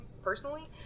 Personally